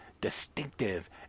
distinctive